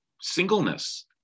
singleness